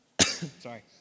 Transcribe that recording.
sorry